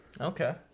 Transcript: Okay